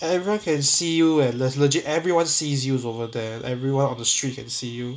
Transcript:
everyone can see you eh le~ legit everyone sees you over there everyone on the street can see you